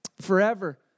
Forever